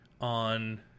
on